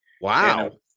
Wow